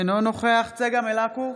אינו נוכח צגה מלקו,